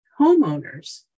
homeowners